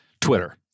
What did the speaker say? Twitter